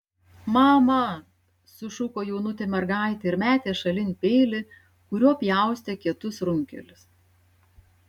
mama sušuko jaunutė mergaitė ir metė šalin peilį kuriuo pjaustė kietus runkelius